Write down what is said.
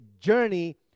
journey